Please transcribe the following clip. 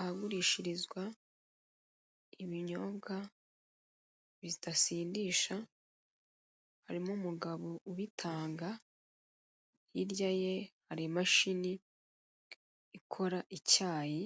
Ahagurishirizwa ibinyobwa bidasindisha harimo umugabo ubitanga, hirya ye hari imashini ikora icyayi